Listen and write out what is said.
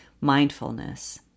mindfulness